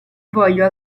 voglio